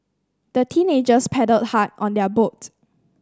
the teenagers paddled hard on their boat